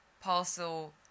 Parcel